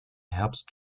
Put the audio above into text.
herbst